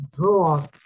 draw